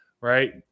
right